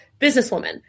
businesswoman